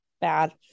bad